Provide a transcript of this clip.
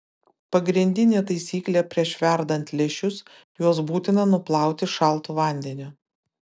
pagrindinė taisyklė prieš verdant lęšius juos būtina nuplauti šaltu vandeniu